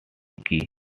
key